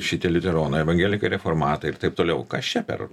šitie liuteronai evangelikai reformatai ir taip toliau kas čia per